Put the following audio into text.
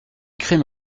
crime